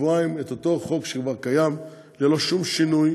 בשבועיים את אותו חוק שכבר קיים, ללא שום שינוי